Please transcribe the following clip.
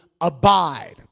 abide